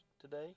today